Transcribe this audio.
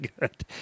good